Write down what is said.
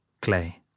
Clay